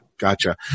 Gotcha